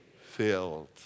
filled